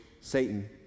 Satan